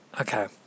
Okay